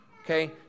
Okay